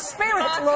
Spirit